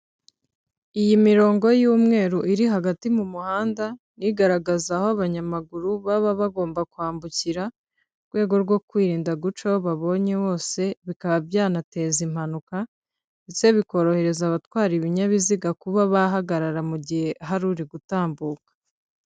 Iyi mirongo y'umweru iri hagati mu muhanda, ni igaragaza aho abanyamaguru baba bagomba kwambukira mu rwego rwo kwirinda guca aho babonye hose bikaba byanateza impanuka, ndetse bikorohereza abatwara ibinyabiziga kuba bahagarara mu gihe hari uri gutambuka.